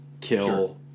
kill